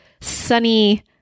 sunny